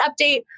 update